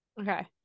Okay